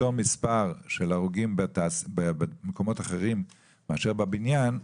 מספר של הרוגים במקומות אחרים מאשר בבניין,